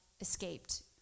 escaped